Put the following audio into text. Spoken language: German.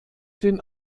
den